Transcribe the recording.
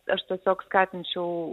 aš tiesiog skatinčiau